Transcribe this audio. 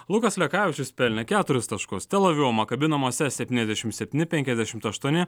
lukas lekavičius pelnė keturis taškus tel avivo makabi namuose septyniasdešim septyni penkiasdešimt aštuoni